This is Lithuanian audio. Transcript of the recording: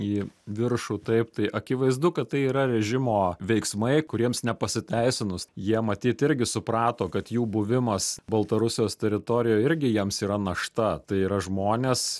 į viršų taip tai akivaizdu kad tai yra režimo veiksmai kuriems nepasiteisinus jie matyt irgi suprato kad jų buvimas baltarusijos teritorijoj irgi jiems yra našta tai yra žmonės